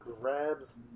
grabs